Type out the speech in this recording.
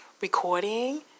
recording